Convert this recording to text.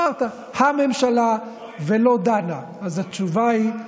אמרת הממשלה לא דנה, אז התשובה היא,